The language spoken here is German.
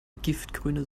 giftgrüne